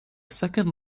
second